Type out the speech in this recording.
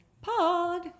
Pod